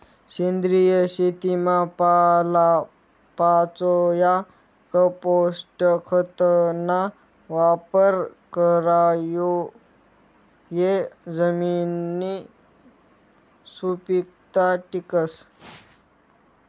सेंद्रिय शेतीमा पालापाचोया, कंपोस्ट खतना वापर करामुये जमिननी सुपीकता टिकस